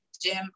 jim